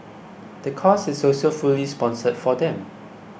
the course is also fully sponsored for them